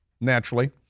naturally